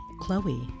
Chloe